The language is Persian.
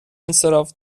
انصراف